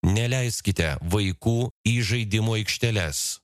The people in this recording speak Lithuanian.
neleiskite vaikų į žaidimų aikšteles